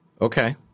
Okay